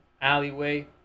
alleyway